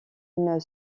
une